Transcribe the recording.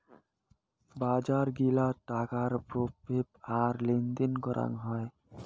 বজার গিলাতে টাকার বেপ্র আর লেনদেন করাং হই